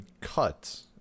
cut